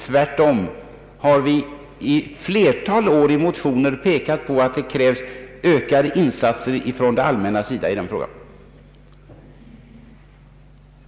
Tvärtom har vi i ett flertal år i motioner pekat på att ökade insatser i dessa frågor krävs från det allmänna.